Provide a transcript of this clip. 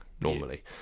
normally